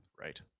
Right